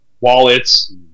wallets